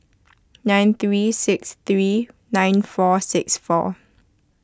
nine three six three nine four six four